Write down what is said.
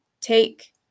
take